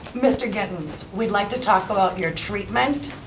mr. gittens, we'd like to talk about your treatment.